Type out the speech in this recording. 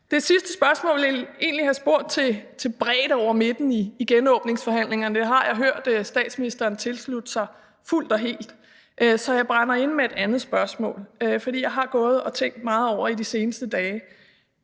Det sidste spørgsmål: Jeg ville egentlig have spurgt til bredde over midten i genåbningsforhandlingerne, og det har jeg hørt statsministeren tilslutte sig fuldt og helt, så jeg brænder inde med et andet spørgsmål, for jeg har gået og tænkt meget over det i de seneste dage,